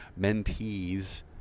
mentees